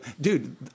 dude